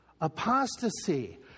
apostasy